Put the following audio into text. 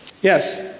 Yes